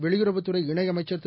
வெளியுறவுத் துறை இணையமைச்சர் திரு